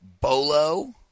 Bolo